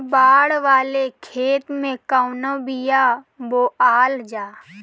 बाड़ वाले खेते मे कवन बिया बोआल जा?